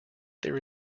there